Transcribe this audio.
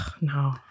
no